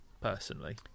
personally